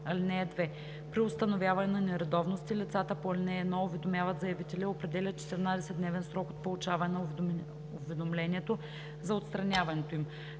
При установяване на нередовности лицата по ал. 1 уведомяват заявителя и определят 14-дневен срок от получаване на уведомлението за отстраняването им.